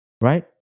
right